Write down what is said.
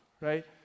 Right